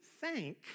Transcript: thank